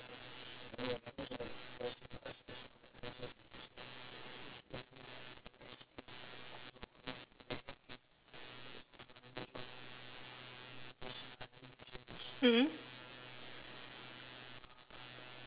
mmhmm